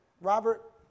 Robert